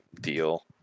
deal